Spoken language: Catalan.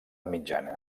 mitjana